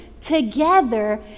together